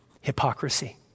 hypocrisy